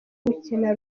gukina